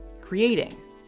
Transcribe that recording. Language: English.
creating